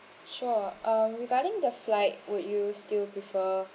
sure uh regarding the flight would you still prefer